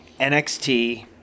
NXT